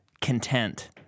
content